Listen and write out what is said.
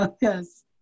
Yes